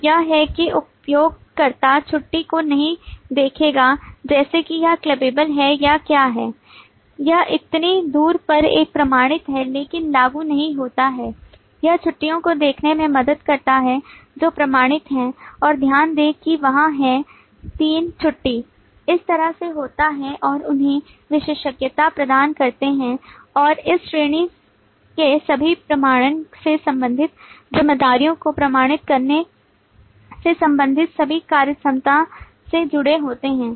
तो यह है कि उपयोगकर्ता छुट्टी को नहीं देखेगा जैसे कि यह क्लबबेल है या क्या है यह इतनी दूर पर एक प्रमाणित है लेकिन लागू नहीं होता है यह छुट्टीयों को देखने में मदद करता है जो प्रमाणित हैं और ध्यान दें कि वहाँ हैं तीन छुट्टी उस तरह के होते हैं और उन्हें विशेषज्ञता प्रदान करते हैं और इस श्रेणी के सभी प्रमाणन से संबंधित जिम्मेदारियों को प्रमाणित करने से संबंधित सभी कार्यक्षमता से जुड़े होते हैं